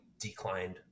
declined